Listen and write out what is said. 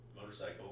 motorcycle